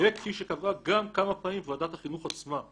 וכפי שקבעה גם כמה פעמים ועדת החינוך עצמה.